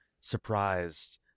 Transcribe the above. surprised